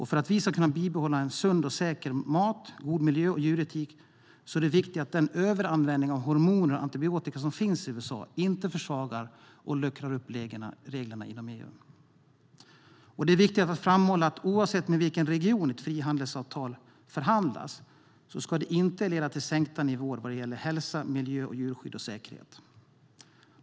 För att vi ska kunna bibehålla sund och säker mat, god miljö och djuretik är det viktigt att den överanvändning av hormoner och antibiotika som finns i USA inte försvagar och luckrar upp reglerna inom EU. Det är viktigt att framhålla att oavsett med vilken region ett frihandelsavtal förhandlas ska det inte leda till sänkta nivåer vad gäller hälsa, miljö och djurskydd och säkerhet.